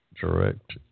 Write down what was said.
direct